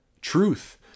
Truth